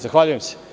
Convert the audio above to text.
Zahvaljujem se.